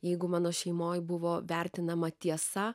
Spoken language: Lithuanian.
jeigu mano šeimoj buvo vertinama tiesa